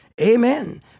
Amen